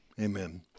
Amen